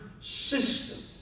system